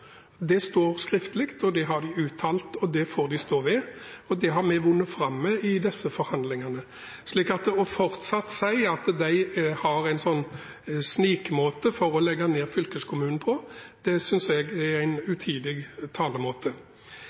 Det står skriftlig, det har de uttalt, det får de stå ved, og det har vi vunnet fram med i disse forhandlingene. Så det fortsatt å si at de forsøker å sniknedlegge fylkeskommunen, synes jeg er en utidig talemåte.